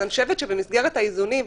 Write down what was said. במסגרת האיזונים,